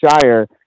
Shire